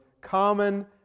common